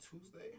Tuesday